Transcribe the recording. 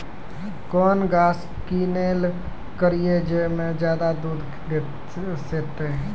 कौन घास किनैल करिए ज मे ज्यादा दूध सेते?